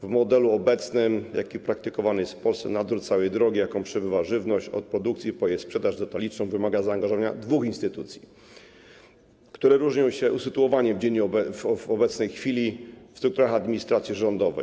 W modelu obecnym, jaki praktykowany jest w Polsce, nadzór całej drogi, jaką przebywa żywność od produkcji po jej sprzedaż detaliczną, wymaga zaangażowania dwóch instytucji, które różnią się usytuowaniem w obecnej chwili w strukturach administracji rządowej.